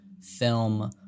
film